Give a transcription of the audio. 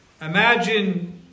Imagine